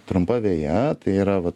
trumpa veja tai yra va